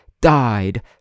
died